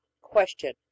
Question